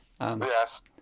Yes